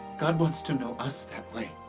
god wants to know us that way.